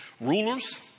Rulers